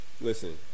Listen